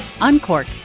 Uncork